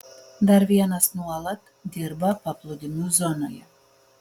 dar vienas nuolat dirba paplūdimių zonoje